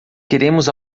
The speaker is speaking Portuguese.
queremos